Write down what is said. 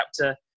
chapter